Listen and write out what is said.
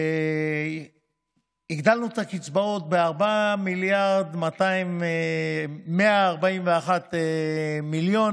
והגדלנו את הקצבאות ב-4 מיליארד ו-141 מיליון